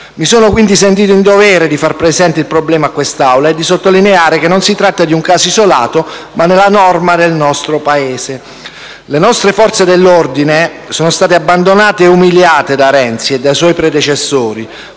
Mi sono quindi sentito in dovere di far presente il problema a quest'Assemblea e di sottolineare che non si tratta di un caso isolato, ma nella norma nel nostro Paese. Le nostre Forze dell'ordine sono state abbandonate ed umiliate da Renzi e dai suoi predecessori.